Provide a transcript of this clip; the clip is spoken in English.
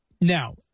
Now